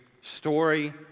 story